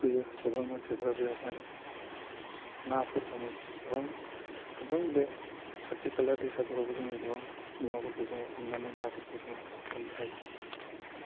दुगैयो गोबां मानसिफ्रा बेयावहाय नाफोर हमो गोबां गोबां बे खाथि खाला दैसाफ्रावबो जोंङो गोबां मुवाफोरखौ हमनानै नाफोरखौ जों मोननो हायो